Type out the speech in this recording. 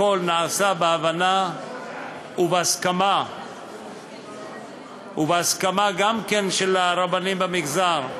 הכול נעשה בהבנה ובהסכמה גם כן של הרבנים במגזר.